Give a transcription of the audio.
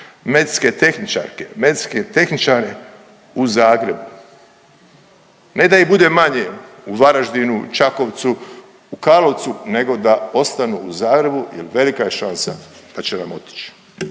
medicinske tehničarke, medicinske tehničare u Zagrebu, ne da ih bude manje u Varaždinu, u Čakovcu, u Karlovcu, nego da ostanu u Zagrebu jel velika je šansa da će vam otići,